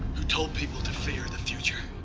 who told people to fear the future.